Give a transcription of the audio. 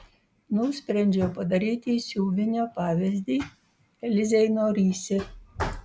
nusprendžiau padaryti siuvinio pavyzdį elzei norisi